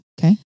Okay